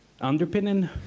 underpinning